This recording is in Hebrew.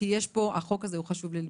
כי החוק הזה חשוב לי.